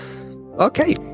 Okay